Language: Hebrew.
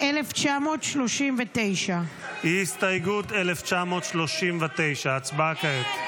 1939. הסתייגות 1939, ההצבעה כעת.